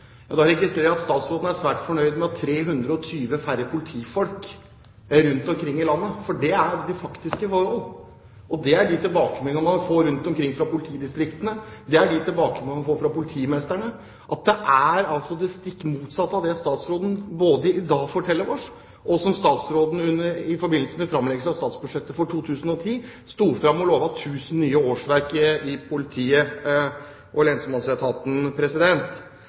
Ja, da registrerer jeg at statsråden er «svært fornøyd» med å ha 320 færre politifolk rundt omkring i landet, for det er de faktiske forhold, det er de tilbakemeldingene man får rundt omkring i politidistriktene, det er de tilbakemeldingene man får fra politimestrene. Det er altså det stikk motsatte av det statsråden både i dag forteller oss, og det statsråden sa i forbindelse med framleggelsen av statsbudsjettet for 2010, da han sto fram og lovet 1 000 nye årsverk til politi- og lensmannsetaten.